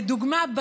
לדוגמה,